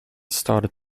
started